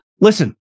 Listen